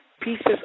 pieces